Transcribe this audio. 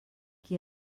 qui